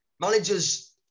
managers